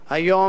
היום,